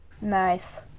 Nice